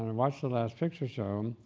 and watched the last picture show,